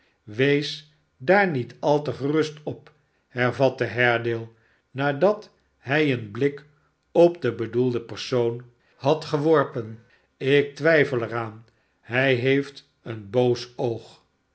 wees daar niet al te gerust op hervatte haredale nadat hij een blik op den bedoelden persoon had geworpen ik twijfel er aan hij heeft een boos oog